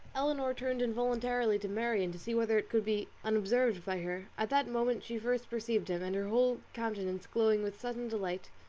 elinor turned involuntarily to marianne, to see whether it could be unobserved by her. at that moment she first perceived him, and her whole countenance glowing with sudden delight,